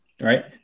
right